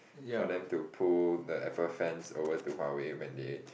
for them to pull the Apple fans over to Huawei when they